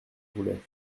voulait